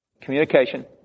communication